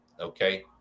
okay